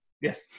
Yes